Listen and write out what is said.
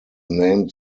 named